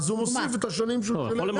אז הוא מוסיף את השנים שהוא שילם.